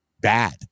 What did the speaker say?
bad